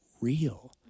real